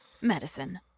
medicine